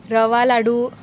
रवा लाडू